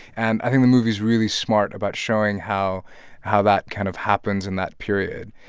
and i think the movie's really smart about showing how how that kind of happens in that period.